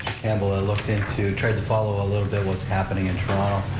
campbell, i looked into, tried to follow a little bit what's happening in toronto.